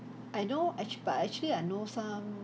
I know actu~ but I actually I know some